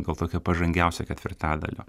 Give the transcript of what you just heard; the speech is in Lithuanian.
gal tokio pažangiausio ketvirtadalio